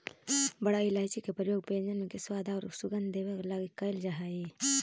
बड़ा इलायची के प्रयोग व्यंजन में स्वाद औउर सुगंध देवे लगी कैइल जा हई